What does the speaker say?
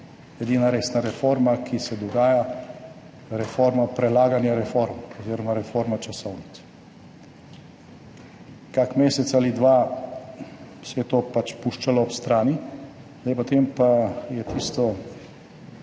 edina resna reforma, ki se dogaja, reforma prelaganja reform oziroma reforma časovnic. Kak mesec ali dva se je to pač puščalo ob strani, potem pa je tisto